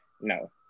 no